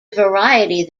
variety